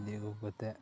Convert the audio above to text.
ᱤᱫᱤ ᱟᱹᱜᱩ ᱠᱟᱛᱮ